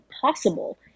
possible